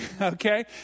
okay